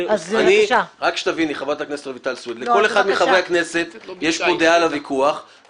אנחנו לא ביקשנו